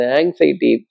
anxiety